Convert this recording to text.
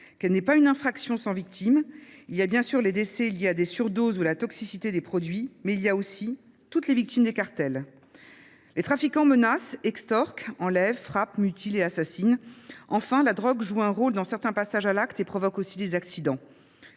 qu'elle n'est pas une infraction sans victime. Il y a bien sûr les décès liés à des surdoses ou la toxicité des produits, mais il y a aussi toutes les victimes des cartels. Les trafiquants menacent, extorquent, enlèvent, frappent, mutilent et assassinent. Enfin, la drogue joue un rôle dans certains passages à l'acte et provoque aussi des accidents.